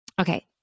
okay